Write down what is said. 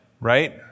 right